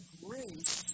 grace